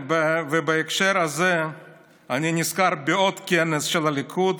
ובהקשר הזה אני נזכר בעוד כנס של הליכוד